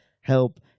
help